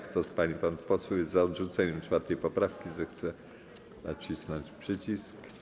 Kto z pań i panów posłów jest za odrzuceniem 4. poprawki, zechce nacisnąć przycisk.